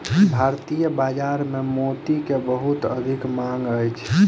भारतीय बाजार में मोती के बहुत अधिक मांग अछि